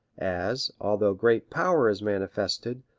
as, although great power is manifested,